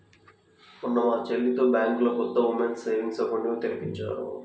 మొన్న మా చెల్లితో బ్యాంకులో కొత్త ఉమెన్స్ సేవింగ్స్ అకౌంట్ ని తెరిపించాను